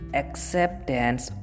acceptance